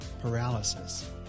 paralysis